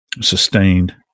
sustained